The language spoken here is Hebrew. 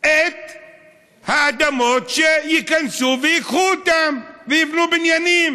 את האדמות, שייכנסו וייקחו אותן ויבנו בניינים.